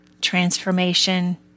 transformation